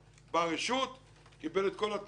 ברשות קיבל את כל התנאים,